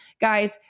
guys